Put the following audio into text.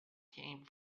came